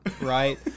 right